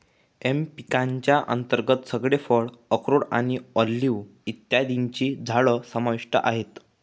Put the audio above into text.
M पिकांच्या अंतर्गत सगळे फळ, अक्रोड आणि ऑलिव्ह इत्यादींची झाडं समाविष्ट आहेत